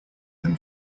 than